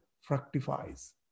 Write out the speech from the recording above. fructifies